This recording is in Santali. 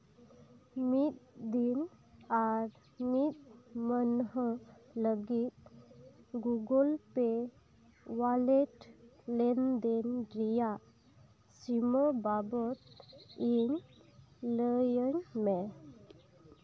ᱢᱤᱫ ᱫᱤᱱ ᱟᱨ ᱢᱤᱫ ᱢᱟᱹᱱᱦᱟᱹ ᱞᱟᱹᱜᱤᱫ ᱜᱩᱜᱚᱞ ᱯᱮ ᱳᱣᱟᱞᱮᱴ ᱞᱮᱱᱫᱮᱱ ᱨᱮᱭᱟᱜ ᱥᱤᱢᱟᱹ ᱵᱟᱵᱚᱫ ᱤᱧ ᱞᱟᱹᱭᱟᱹᱧ ᱢᱮ